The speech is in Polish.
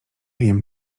wiem